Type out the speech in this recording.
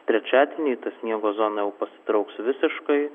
trečiadienį sniego zona jau pasitrauks visiškai